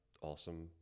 awesome